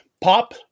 pop